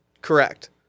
Correct